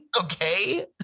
okay